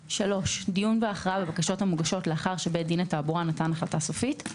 (3)דיון והכרעה בבקשות המוגשות לאחר שבית דין לתעבורה נתן החלטה סופית,